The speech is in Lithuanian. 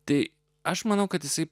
tai aš manau kad jisai